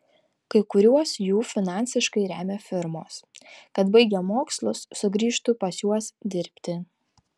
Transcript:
kai kuriuos jų finansiškai remia firmos kad baigę mokslus sugrįžtų pas juos dirbti